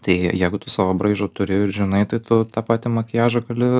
tai jeigu tu savo braižą turi ir žinai tai tu tą patį makiažą gali